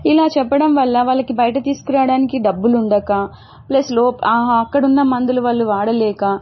ఇలా చెప్పడం వల్ల వాళ్ళకి బయట తీసుకురావడానికి డబ్బులుండక ప్లస్ లోప్ అక్కడున్న మందులు వాళ్ళు వాడలేక